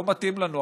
לא מתאים לנו,